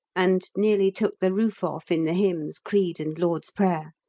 and nearly took the roof off in the hymns, creed, and lord's prayer.